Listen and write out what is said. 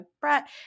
Brett